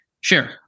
Sure